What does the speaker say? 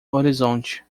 horizonte